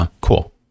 Cool